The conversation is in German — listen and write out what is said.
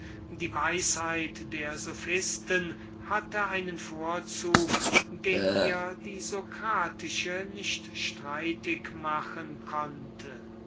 die weisheit der sophisten einen vorzug hatte den ihr die socratische nicht streitig machen konnte